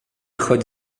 choć